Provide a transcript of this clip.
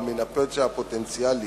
או מן הפשע הפוטנציאלי